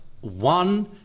one